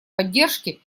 поддержки